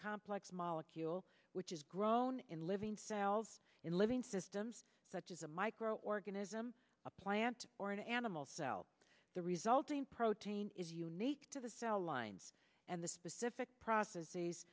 complex molecule which is grown in living cells in living systems such as a microorganism a plant or an animal cell the resulting protein is unique to the cell lines and the specific process